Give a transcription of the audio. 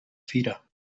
fira